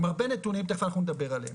עם הרבה נתונים ותכף נדבר עליהם.